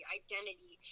identity